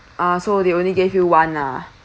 ah so they only gave you one lah